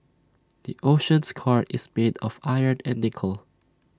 the Earth's core is made of iron and nickel